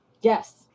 Yes